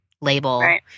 label